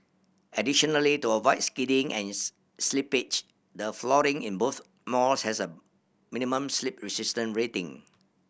additionally to avoid skidding and slippage the flooring in both malls has a minimum slip resistance rating